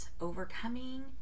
overcoming